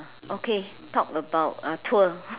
okay talk about ah tour